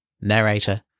Narrator